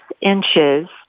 inches